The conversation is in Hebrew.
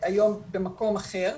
היום במקום אחר.